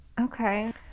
Okay